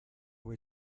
were